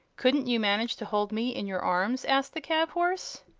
couldn't you manage to hold me in your arms? asked the cab-horse.